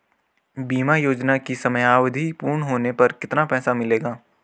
बीमा योजना की समयावधि पूर्ण होने पर कितना पैसा मिलेगा?